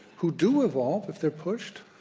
who do evolve if they're pushed,